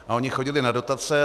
A oni chodili na dotace.